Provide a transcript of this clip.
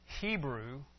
Hebrew